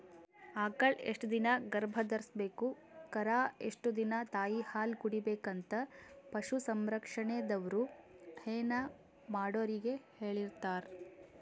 ಆಕಳ್ ಎಷ್ಟ್ ದಿನಾ ಗರ್ಭಧರ್ಸ್ಬೇಕು ಕರಾ ಎಷ್ಟ್ ದಿನಾ ತಾಯಿಹಾಲ್ ಕುಡಿಬೆಕಂತ್ ಪಶು ಸಂರಕ್ಷಣೆದವ್ರು ಹೈನಾ ಮಾಡೊರಿಗ್ ಹೇಳಿರ್ತಾರ್